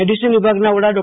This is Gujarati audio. મેડિસિન વિભાગના વડા ડો